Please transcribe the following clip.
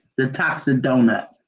the toxic donut,